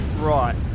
Right